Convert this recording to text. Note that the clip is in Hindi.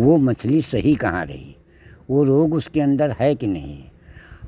वह मछली सही कहाँ रही वह रोग उसके अंदर है के नहीं है